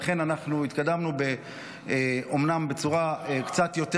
לכן אנחנו התקדמנו אומנם בצורה קצת יותר